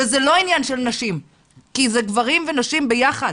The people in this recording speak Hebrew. וזה לא עניין של נשים כי זה גברים ונשים ביחד